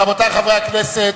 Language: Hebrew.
רבותי חברי הכנסת,